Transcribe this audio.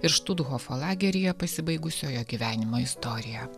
ir štuthofo lageryje pasibaigusio jo gyvenimo istoriją